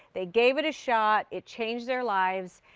they gave it a shot, it changed their lives.